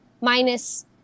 minus